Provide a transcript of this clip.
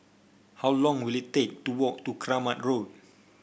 how long will it take to walk to Kramat Road